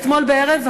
אתמול בערב,